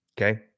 okay